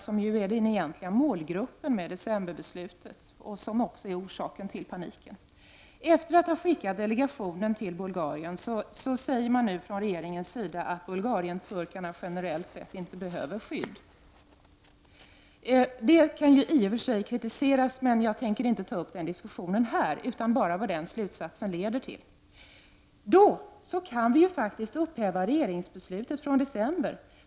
Det är ju den egentliga målgruppen med decemberbeslutet och som också är orsaken till paniken. Efter att ha skickat en delegation till Bulgarien säger man nu från regeringens sida att bulgarienturkarna generellt sett inte behöver skydd. Detta kan i och för sig kritiseras, men jag tänker inte ta upp den diskussionen här utan bara vad den slutsatsen leder till. Vi kan då faktiskt upphäva regeringsbeslutet från december.